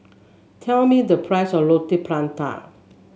tell me the price of Roti Prata